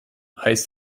heißt